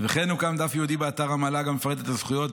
וכן הוקם דף ייעודי באתר המל"ג המפרט את הזכויות,